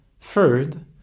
Third